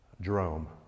Jerome